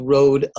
Road